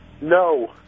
No